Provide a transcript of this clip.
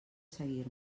seguir